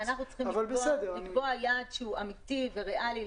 אנחנו צריכים לקבוע יעד שהוא אמיתי וריאלי,